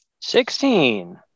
sixteen